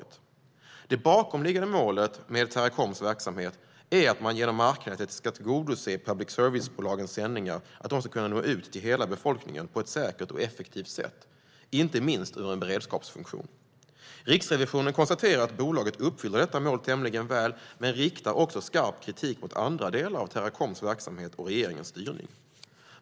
Det bakomliggande målet med Teracoms verksamhet är att man genom marknätet ska tillgodose att public service-bolagens sändningar ska kunna nå ut till hela befolkningen på ett säkert och effektivt sätt, inte minst med tanke på en beredskapsfunktion. Riksrevisionen konstaterar att bolaget uppfyller detta mål tämligen väl men riktar också skarp kritik mot andra delar av Teracoms verksamhet och regeringens styrning.